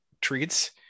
treats